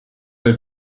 they